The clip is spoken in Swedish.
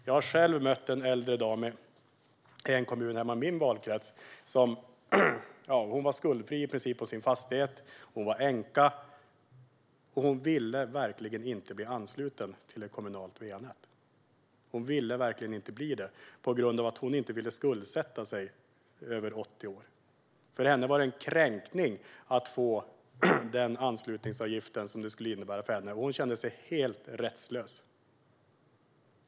Jag mötte själv en äldre dam, en änka på över 80 år, hemma i valkretsen. Hon hade en i princip skuldfri fastighet och ville verkligen inte bli ansluten till ett kommunalt va-nät eftersom hon inte ville skuldsätta sig. För henne var anslutningsavgiften kränkande, och hon kände sig helt rättslös.